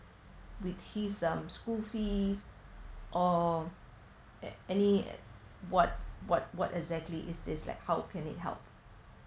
with his um school fees or any what what what exactly is this like how can it help